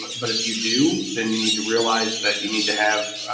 but if you do, then you need to realize that you need to have.